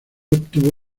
obtuvo